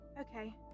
Okay